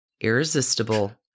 irresistible